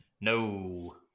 No